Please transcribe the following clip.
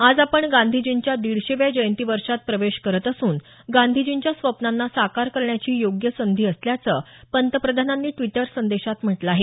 आज आपण गांधीजींच्या दिडशेव्या जयंती वर्षात प्रवेश करत असून गांधीजींच्या स्वप्नांना साकार करण्याची ही योग्य संधी असल्याचं पंतप्रधानांनी द्विटर संदेशात म्हटलं आहे